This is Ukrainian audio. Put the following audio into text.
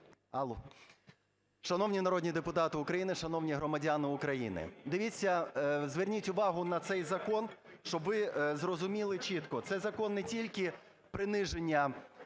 М.М. Шановні народні депутати України, шановні громадяни України! Дивіться, зверніть увагу на цей закон, щоб ви зрозуміли чітко. Це закон не тільки приниження